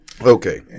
Okay